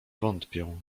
wątpię